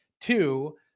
two